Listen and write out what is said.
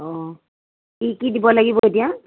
অঁ কি কি দিব লাগিব এতিয়া